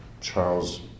Charles